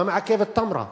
מה מעכב את תמרה,